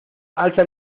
alza